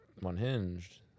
unhinged